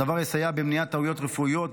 הדבר יסייע במניעת טעויות רפואיות,